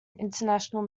international